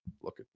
look